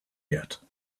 yet